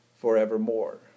forevermore